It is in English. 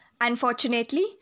Unfortunately